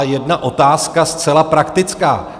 Jedna otázka zcela praktická.